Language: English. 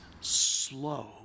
slow